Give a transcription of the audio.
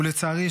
ולצערי,